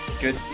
good